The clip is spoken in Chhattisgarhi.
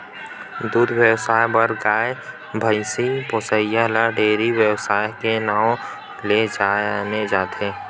दूद बेवसाय बर गाय, भइसी पोसइ ल डेयरी बेवसाय के नांव ले जाने जाथे